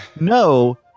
No